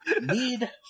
Need